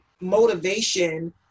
motivation